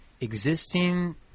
existing